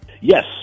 Yes